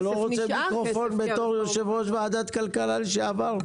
נשאר כסף --- אתה לא רוצה מיקרופון בתור יושב-ראש ועדת הכלכלה לשעבר?